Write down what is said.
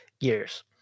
years